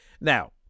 Now